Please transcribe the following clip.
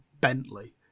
Bentley